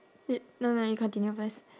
you no lah you continue first